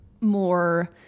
more